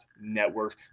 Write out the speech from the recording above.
Network